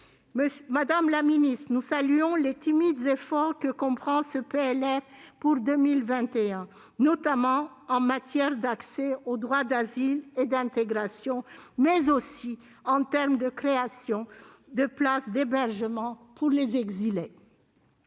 Madame la ministre, nous saluons les timides efforts que comprend ce PLF pour 2021, notamment en matière d'accès au droit d'asile et à l'intégration, mais aussi en termes de création de places d'hébergement pour les exilés.